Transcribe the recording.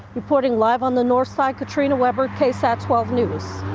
reporting live on the north side katrina webber ksat twelve news.